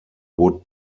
would